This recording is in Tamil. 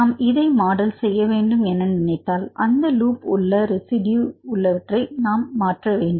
நாம் இதை மாடல் செய்ய வேண்டும் என நினைத்தால் அந்த லூப் உள்ள ரெசிடியூ நாம் மாற்ற வேண்டும்